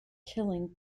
killing